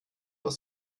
aus